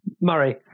Murray